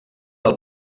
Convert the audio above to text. del